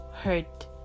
Hurt